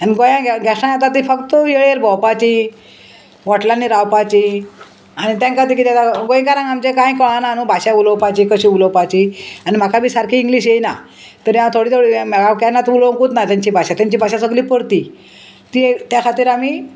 आनी गोंया गॅश्टां येता ती फक्त येळेर भोंवपाची वॉटलांनी रावपाची आनी तेंका ती किदें जाता गोंयकारांक आमचें कांय कळना न्हू भाशा उलोवपाची कशी उलोवपाची आनी म्हाका बी सारकी इंग्लीश येयना तरी हांव थोडी थोडी हांव केन्ना तूं उलोवंकूच ना तेंची भाशा तेंची भाशा सगली परती ती त्या खातीर आमी